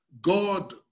God